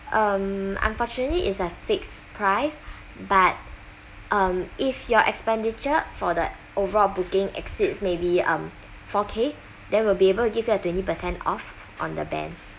um unfortunately is a fixed price but um if your expenditure for the overall booking exceeds may be um four K then we'll be able to give you a twenty percent off on the band